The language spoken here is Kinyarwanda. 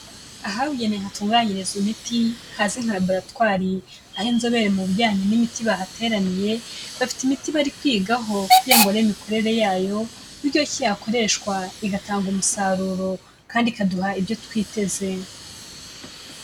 Ahabugenewe hatunganyirizwa imiti hazwi nka laboratwari. Aho inzobere mu bijyanye n'imiti bahateraniye, bafite imiti bari kwigaho kugira ngo barebe imikorere yayo, uburyo ki yakoreshwa igatanga umusaruro kandi ikaduha ibyo twiteze.